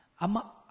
ama